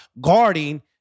guarding